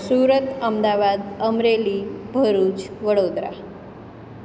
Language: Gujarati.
સુરત અમદાવાદ અમરેલી ભરૂચ વડોદરા